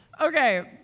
Okay